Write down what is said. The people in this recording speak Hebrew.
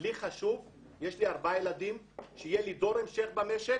יש לי ארבעה ילדים וחשוב לי שיהיה לי דור המשך במשק